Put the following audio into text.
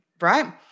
Right